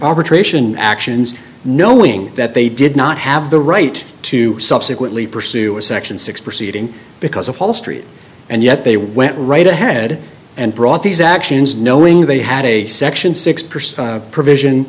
arbitration actions knowing that they did not have the right to subsequently pursue a section six proceeding because the whole street and yet they went right ahead and brought these actions knowing they had a section six percent provision